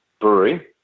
brewery